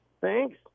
Thanks